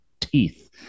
teeth